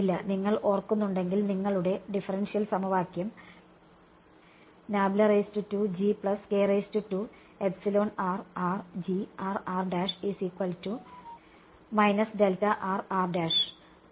ഇല്ല നിങ്ങൾ ഓർക്കുന്നുണ്ടെങ്കിൽ നിങ്ങളുടെ ഡിഫറൻഷ്യൽ സമവാക്യം